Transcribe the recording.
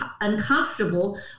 uncomfortable